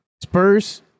Spurs